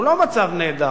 הוא לא מצב נהדר.